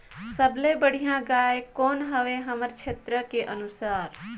सबले बढ़िया गाय कौन हवे हमर क्षेत्र के अनुसार?